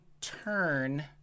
turn